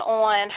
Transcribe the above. on